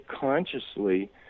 consciously